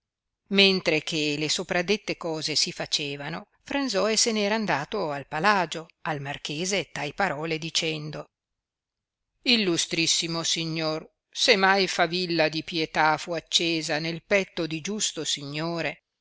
mentre che le sopradette cose si facevano fransoe se ne era andato al palagio al marchese tai parole dicendo illustrissimo signor se mai favilla di pietà fu accesa nel petto di giusto signore